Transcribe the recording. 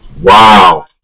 Wow